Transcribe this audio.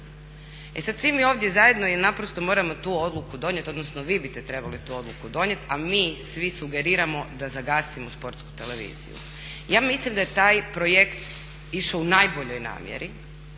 E sad svi mi ovdje zajedno jer naprosto moramo tu odluku donijeti, odnosno vi biste trebali tu odluku donijeti a mi svi sugeriramo da zagasimo Sportsku televiziju. Ja mislim da je taj projekt išao u najboljoj namjeri,